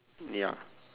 ya